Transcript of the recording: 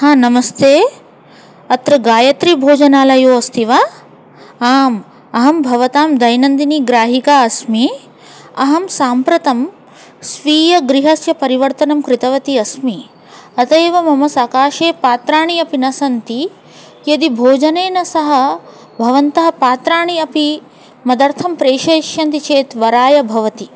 हा नमस्ते अत्र गायत्री भोजनालयोस्ति वा आम् अहं भवतां दैनन्दिनीग्राहिका अस्मि अहं साम्प्रतं स्वीयगृहस्य परिवर्तनं कृतवती अस्मि अतः एव मम सकाशे पात्राणि अपि न सन्ति यदि भोजनेन सह भवन्तः पात्राणि अपि मदर्थं प्रेषयिष्यन्ति चेत् वराय भवति